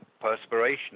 perspiration